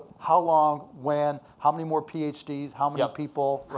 how long, when, how many more ph ds, how many people?